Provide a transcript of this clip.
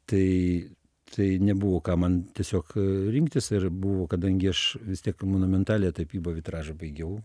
tai tai nebuvo ką man tiesiog rinktis ir buvo kadangi aš vis tiek monumentaliąją tapybą vitražą baigiau